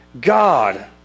God